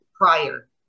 prior